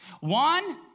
One